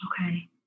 okay